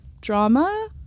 drama